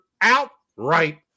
outright